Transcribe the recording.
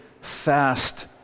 fast